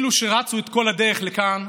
אלו שרצו את כל הדרך לכאן,